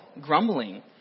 grumbling